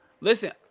Listen